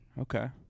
Okay